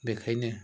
बेखायनो